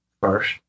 first